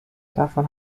davon